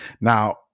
Now